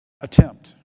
attempt